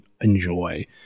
enjoy